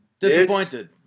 Disappointed